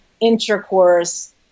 intercourse